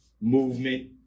movement